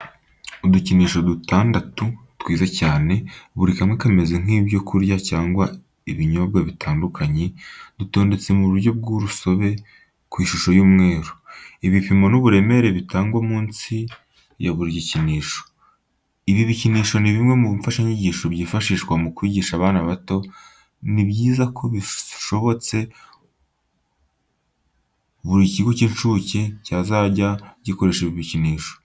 Udukinisho dutandatu twiza cyane, buri kamwe kameze nk'ibyo kurya cyangwa ibinyobwa bitandukanye, dutondetse mu buryo bw'urusobe ku ishusho y'umweru. Ibipimo n'uburemere bitangwa munsi ya buri gikinisho. Ibi bikinisho ni bimwe mu mfashanyigisho byifashishwa mu kwigisha abana bato, ni byiza ko bishobotse buri kigo cy'incuke cyazajya gikoresha ibi bikinisho.